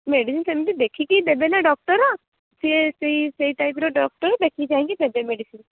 medicine ସେମିତି ଦେଖିକି ଦେବେ ନା ଡକ୍ଟର ସିଏ ସେହି ସେଇ ଟାଇପ୍ର ଡକ୍ଟର ଦେଖି ଚାହିଁକି ଦେବେ ମେଡ଼ିସିନ